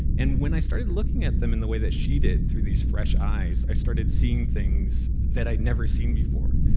and when i started looking at them in the way that she did, through these fresh eyes, i started seeing things that i'd never seen before.